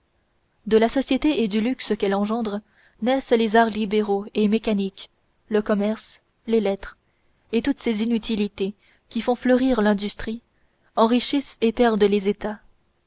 de la société et du luxe qu'elle engendre naissent les arts libéraux et mécaniques le commerce les lettres et toutes ces inutilités qui font fleurir l'industrie enrichissent et perdent les états